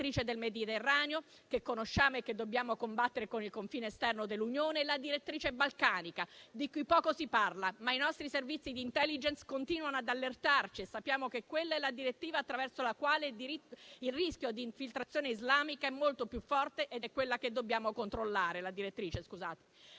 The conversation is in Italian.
la direttrice del Mediterraneo, che conosciamo e che dobbiamo combattere con il confine esterno dell'Unione, e la direttrice balcanica, di cui poco si parla. Ma i nostri Servizi di *intelligence* continuano ad allertarci e sappiamo che quella è la direttrice attraverso la quale il rischio di infiltrazione islamica è molto più forte ed è quella che dobbiamo controllare.